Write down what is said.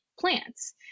plants